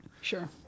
Sure